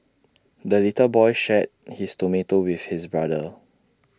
the little boy shared his tomato with his brother